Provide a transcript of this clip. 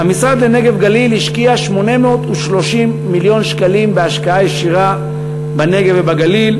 המשרד לנגב ולגליל השקיע 830 מיליון שקלים בהשקעה ישירה בנגב ובגליל,